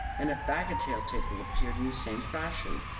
and a bagatelle-table appeared in the same fashion.